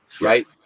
Right